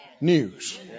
news